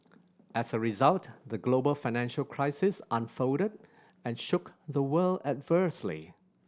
as a result the global financial crisis unfolded and shook the world adversely